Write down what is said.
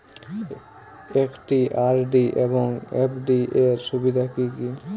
একটি আর.ডি এবং এফ.ডি এর সুবিধা কি কি?